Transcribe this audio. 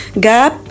gap